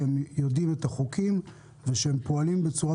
שהם יודעים את החוקים ושהם פועלים בצורה